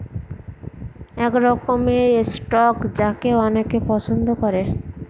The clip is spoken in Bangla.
এক রকমের স্টক যাকে অনেকে পছন্দ করে